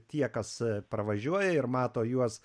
tie kas pravažiuoja ir mato juos